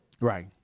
Right